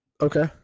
Okay